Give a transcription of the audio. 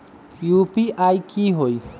UPI की होई?